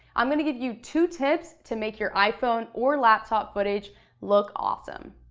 i'm gonna give you two tips to make your iphone or laptop footage look awesome.